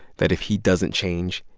that if he doesn't change,